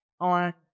on